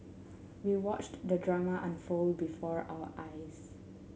we watched the drama unfold before our eyes